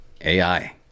AI